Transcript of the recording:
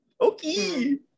Okay